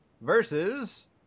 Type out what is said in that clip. versus